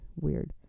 weird